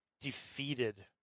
defeated